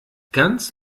ganz